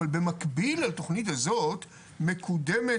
אבל במקביל לתכנית הזאת מקודמת